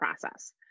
process